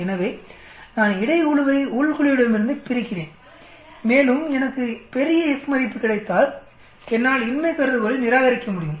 எனவே நான் இடை குழுவை உள் குழுவிடமிருந்து பிரிக்கிறேன் மேலும் எனக்கு பெரிய F மதிப்பு கிடைத்தால் என்னால் இன்மை கருதுகோளை நிராகரிக்க முடியும்